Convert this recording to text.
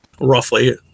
roughly